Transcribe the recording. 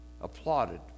applauded